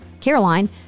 Caroline